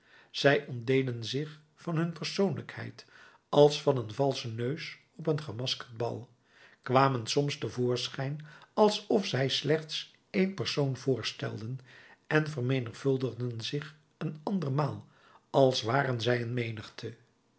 zij ontdeden zich van hun persoonlijkheid als van een valschen neus op een gemaskerd bal kwamen soms te voorschijn alsof zij slechts één persoon voorstelden en vermenigvuldigden zich een andermaal als waren zij een menigte